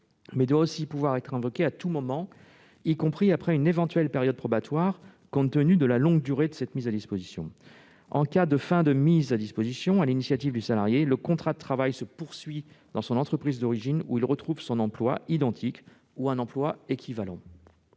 qui doit aussi pouvoir être invoqué à tout moment, y compris après une éventuelle période probatoire, compte tenu de la longue durée de cette mise à disposition. En cas de fin de mise à disposition sur l'initiative du salarié, le contrat de travail se poursuit dans son entreprise d'origine, où il retrouve un emploi identique ou un emploi équivalent.